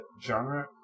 genre